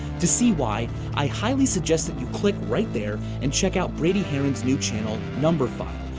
to see why, i highly suggest that you click right there and check out brady haran's new channel numberphile.